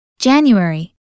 January